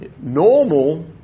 Normal